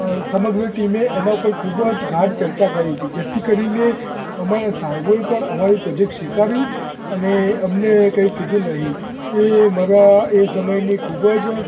સમગ્ર ટીમે એના ઉપર ખૂબ જ ગાઢ ચર્ચા કરી હતી જેથી કરીને અમારા સાહેબો પણ અમારો પ્રૉજેકટ સ્વીકાર્યું અને અમને કાંઈ કીધું નહીં એ મારા એ સમયની ખૂબ જ